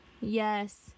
Yes